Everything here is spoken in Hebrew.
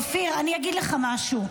אופיר, אני אגיד לך משהו.